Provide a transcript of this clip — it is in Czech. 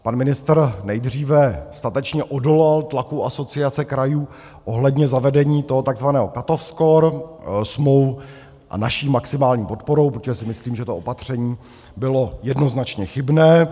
Pan ministr nejdříve statečně odolal tlaku Asociace krajů ohledně zavedení toho takzvaného cutoff score s mou a naší maximální podporou, protože si myslím, že to opatření bylo jednoznačně chybné.